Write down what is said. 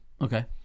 Okay